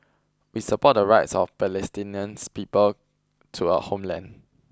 we support the rights of Palestinians people to a homeland